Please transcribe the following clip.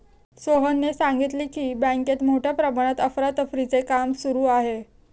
सोहनने सांगितले की, बँकेत मोठ्या प्रमाणात अफरातफरीचे काम सुरू आहे